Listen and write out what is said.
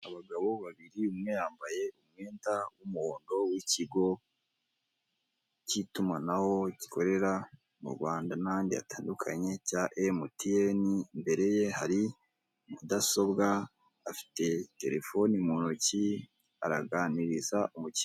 Abagabo babiri, umwe yambaye umwenda w'umuhondo w'ikigo cy'itumanaho gikorera mu Rwanda n'andi atandukanye cya emutiyene, imbere ye hari mudasobwa, afite telefone mu ntoki araganiriza umukiliya.